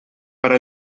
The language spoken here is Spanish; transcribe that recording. para